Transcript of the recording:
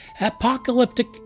apocalyptic